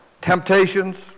temptations